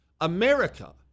America